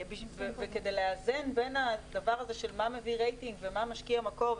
כדי לאזן בין הדבר הזה של מה מביא רייטינג ומה משקיע מקור,